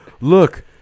look